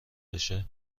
بشه